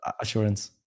assurance